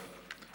תודה רבה.